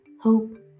Hope